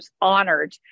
honored